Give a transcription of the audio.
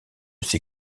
ses